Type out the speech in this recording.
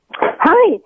hi